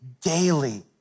daily